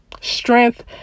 strength